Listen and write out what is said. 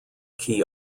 key